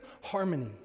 harmony